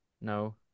No